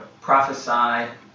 prophesy